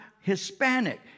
Hispanic